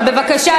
אבל בבקשה,